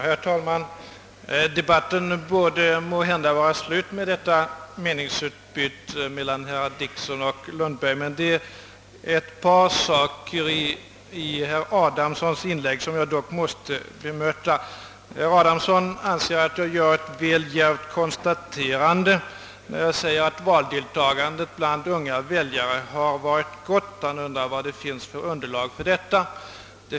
Herr talman! Debatten borde måhända vara slut med detta meningsutbyte mellan herrar Dickson och Lundberg. Det är emellertid ett par saker i herr Adamssons inlägg som jag måste bemöta. Herr Adamsson anser att jag gör ett väl djärvt konstaterande när jag säger att valdeltagandet bland unga väljare har varit gott. Han undrar vad det finns för underlag för detta påstående.